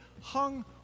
hung